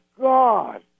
God